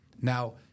Now